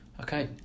Okay